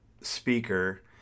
speaker